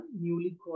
newly